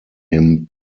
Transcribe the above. him